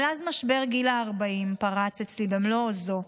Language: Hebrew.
אבל אז משבר גיל הארבעים פרץ אצלי במלוא עוזו.